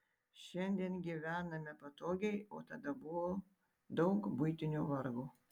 šiandien gyvename patogiai o tada buvo daug buitinio vargo